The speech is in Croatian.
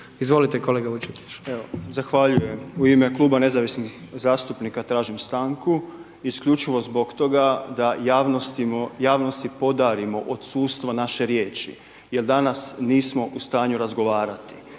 Marko (Nezavisni)** Zahvaljujem. U ime Kluba Nezavisnih zastupnika tražim stanku isključivo zbog toga, da javnosti podarimo odsustvo naše riječi, jer danas nismo u stanju razgovarati.